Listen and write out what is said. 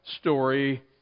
story